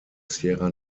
sierra